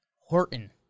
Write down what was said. Horton